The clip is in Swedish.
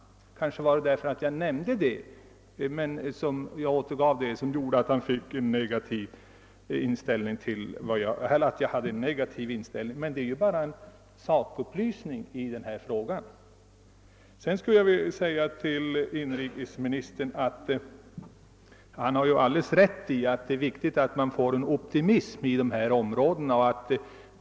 Att jag nämnde detta kanske var anledningen till att herr Nilsson trodde att jag hade en negativ inställning. Det var emellertid endast en sakupplysning som jag lämnade. Sedan vill jag säga till inrikesministern att han har alldeles rätt i att det är viktigt att man får en känsla av optimism i dessa områden.